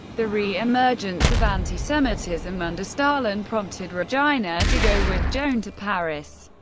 the reemergence of anti-semitism under stalin prompted regina to go with joan to paris,